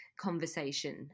conversation